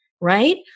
right